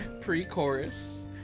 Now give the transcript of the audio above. pre-chorus